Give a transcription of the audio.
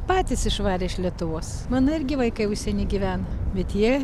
patys išvarė iš lietuvos mano irgi vaikai užsieny gyvena bet jie